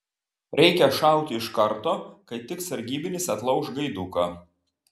reikia šauti iš karto kai tik sargybinis atlauš gaiduką